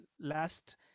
last